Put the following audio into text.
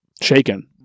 Shaken